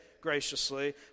graciously